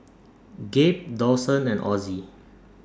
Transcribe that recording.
Gabe Dawson and Ozzie